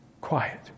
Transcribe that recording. quiet